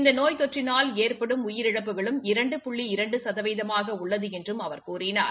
இந்த நோய் தொற்றினால் ஏற்படும் உயிரிழப்புகளும் இரண்டு புள்ளி இரண்டு சதவீதமாக உள்ளது என்றும் அவர் கூறினார்